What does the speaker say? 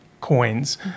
coins